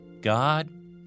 God